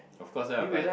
of course lah but